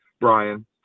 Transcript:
Brian